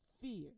fear